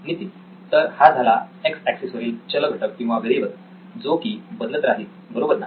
नितीन तर हा झाला एक्स ऍक्सिस वरील चलघटक किंवा व्हेरिएबल जो की बदलत राहील बरोबर ना